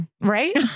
Right